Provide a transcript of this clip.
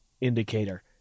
indicator